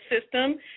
system